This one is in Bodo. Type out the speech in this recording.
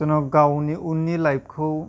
जेनाव गावनि उननि लाइफखौ